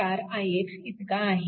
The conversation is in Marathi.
4 ix इतका आहे